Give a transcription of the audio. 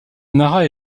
nara